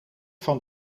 van